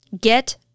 get